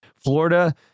Florida